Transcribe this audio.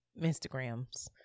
Instagrams